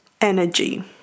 energy